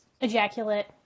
ejaculate